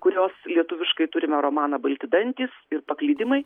kurios lietuviškai turime romaną balti dantys ir paklydimai